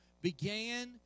began